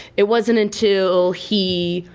it wasn't until he